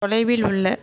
தொலைவில் உள்ள